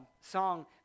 song